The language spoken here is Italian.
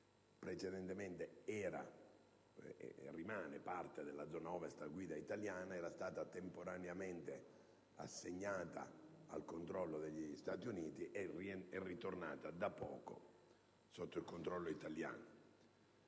zona Ovest era stata temporaneamente assegnata al controllo degli Stati Uniti ed è tornata da poco sotto il controllo italiano.